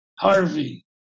Harvey